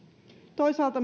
toisaalta